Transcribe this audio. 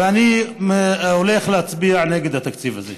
ואני הולך להצביע נגד התקציב הזה.